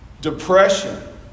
depression